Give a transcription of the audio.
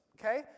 Okay